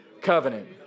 covenant